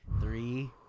Three